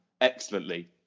excellently